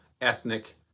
ethnic